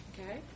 Okay